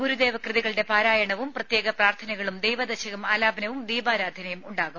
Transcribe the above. ഗുരുദേവ കൃതികളുടെ പാരായണവും പ്രത്യേക പ്രാർത്ഥനകളും ദൈവദശകം ആലാപനവും ദീപാരാധനയും ഉണ്ടാകും